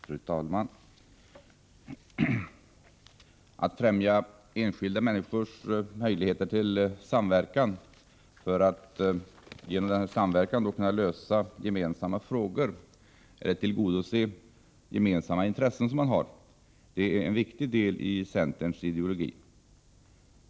Fru talman! Att främja enskilda människors möjligheter till samverkan för att därigenom kunna lösa gemensamma frågor och tillgodose gemensamma intressen är en viktig del av centerns ideologi.